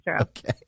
Okay